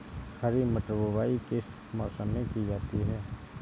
हरी मटर की बुवाई किस मौसम में की जाती है?